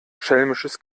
schelmisches